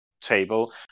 table